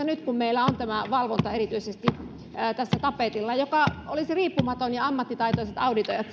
nyt kun meillä on tämä valvonta erityisesti tässä tapetilla perustaa suomeen muun muassa riippumaton auditointiyksikkö joka olisi riippumaton ja jossa olisivat ammattitaitoiset auditoijat